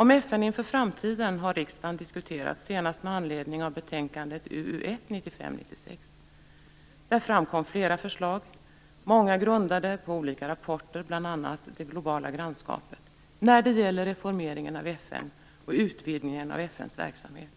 Om FN inför framtiden har riksdagen diskuterat senast med anledning av betänkandet 1995/96:UU1. Där framkom flera förslag, många grundade på olika rapporter, bl.a. Det globala grannskapet, när det gäller reformeringen av FN och utvidgningen av FN:s verksamhet.